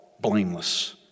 blameless